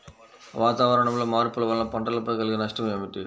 వాతావరణంలో మార్పుల వలన పంటలపై కలిగే నష్టం ఏమిటీ?